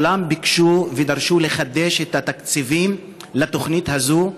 כולם ביקשו ודרשו לחדש את התקציבים לתוכנית הזו,